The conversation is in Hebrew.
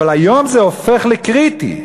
אבל היום זה הופך לקריטי.